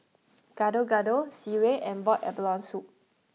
Gado Gado Sireh and Boiled Abalone Soup